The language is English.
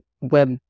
web